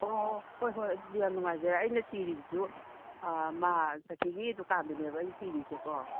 ꯑꯣ ꯍꯣꯏ ꯍꯣꯏ ꯑꯗꯨꯗꯤ ꯌꯥꯝ ꯅꯨꯡꯉꯥꯏꯖꯔꯦ ꯑꯩꯅ ꯊꯤꯔꯤꯖꯤꯖꯨ ꯃꯥ ꯁꯛꯈꯤꯒꯤ ꯗꯨꯀꯥꯟꯗꯨꯅꯦꯕ ꯑꯩ ꯊꯤꯔꯤꯖꯦꯀꯣ